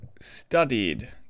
studied